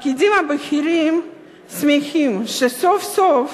הפקידים הבכירים שמחים שסוף-סוף